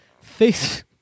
Face